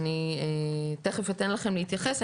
אני תיכף אתן לכם להתייחס.